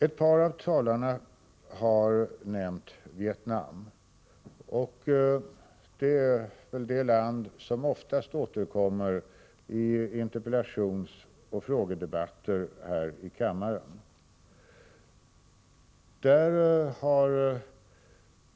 Ett par av talarna har nämnt Vietnam. Det är nog det land som oftast återkommer i interpellationsoch frågedebatter här i kammaren.